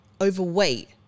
overweight